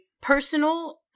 personal